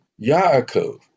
Yaakov